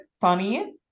funny